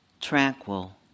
tranquil